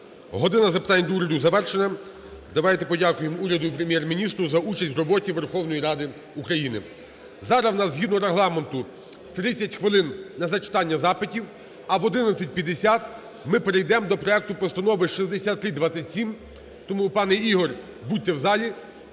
"година запитань до Уряду" завершена. Давайте подякуємо уряду і Прем'єр-міністру за участь в роботі Верховної Ради України. Зараз у нас згідно Регламенту 30 хвилин на зачитання запитів, а в 11:50 ми перейдемо до проекту Постанови 6327. Тому, пане Ігор, будьте в залі